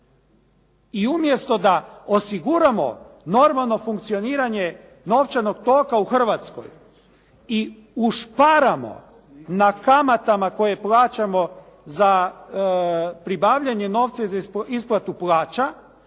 I umjesto da osiguramo normalno funkcioniranje novčanog toka u Hrvatskoj i ušparamo na kamatama koje plaćamo za pribavljanje novca za isplatu plaća,